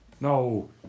No